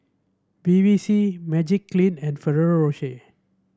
Bevy C Magiclean and Ferrero Rocher